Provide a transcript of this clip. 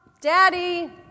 Daddy